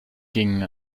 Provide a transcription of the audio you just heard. gingen